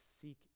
seek